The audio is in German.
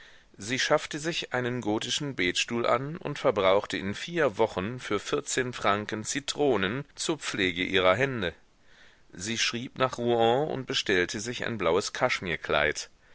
sie schaffte sich einen gotischen betstuhl an und verbrauchte in vier wochen für vierzehn franken zitronen zur pflege ihrer hände sie schrieb nach rouen und bestellte sich ein blaues kaschmirkleid